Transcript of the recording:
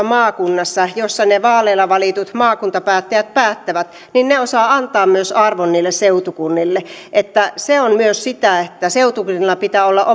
maakunnassa missä ne vaaleilla valitut maakuntapäättäjät päättävät osataan antaa arvo myös niille seutukunnille se on myös sitä että seutukunnilla pitää olla